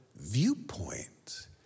viewpoint